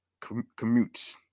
commutes